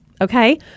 Okay